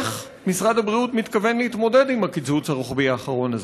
איך משרד הבריאות מתכוון להתמודד עם הקיצוץ הרוחבי האחרון הזה?